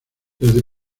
desde